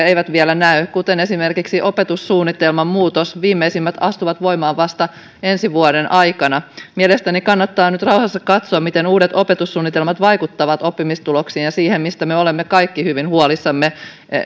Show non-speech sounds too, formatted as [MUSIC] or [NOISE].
[UNINTELLIGIBLE] eivät vielä näy kuten esimerkiksi opetussuunnitelman muutos viimeisimmät astuvat voimaan vasta ensi vuoden aikana mielestäni kannattaa nyt rauhassa katsoa miten uudet opetussuunnitelmat vaikuttavat oppimistuloksiin ja siihen mistä me olemme kaikki hyvin huolissamme